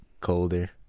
colder